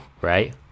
right